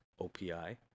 OPI